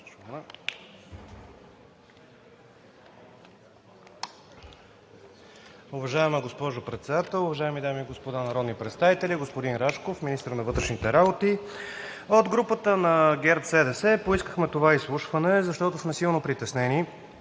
Уважаема госпожо Председател, уважаеми дами и господа народни представители! Господин Рашков – министър на вътрешните работи, от групата на ГЕРБ-СДС поискахме това изслушване, защото сме силно притеснени